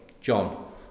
John